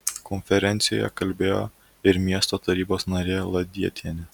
konferencijoje kalbėjo ir miesto tarybos narė ladietienė